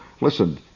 listen